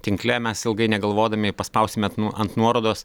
tinkle mes ilgai negalvodami paspausime ant nuorodos